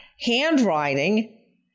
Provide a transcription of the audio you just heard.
handwriting